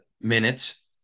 minutes